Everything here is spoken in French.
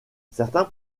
certains